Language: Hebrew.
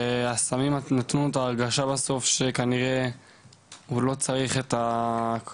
והסמים רק נתנו את ההרגשה בסוף שכנראה הוא לא צריך כלום,